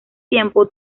tiempo